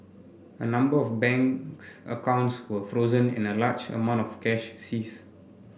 a number of banks accounts were frozen and a large amount of cash seized